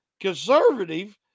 conservative